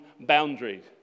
boundaries